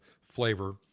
flavor